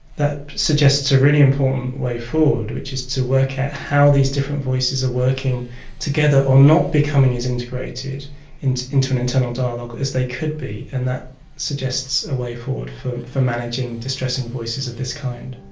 that suggests a really important way forward, which is to work out how these different voices are working together or not becoming as integrated into into an internal dialogue as they could be, and that suggests a way forward for for managing distressing voices of this kind.